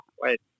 wait